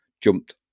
jumped